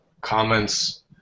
comments